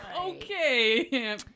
okay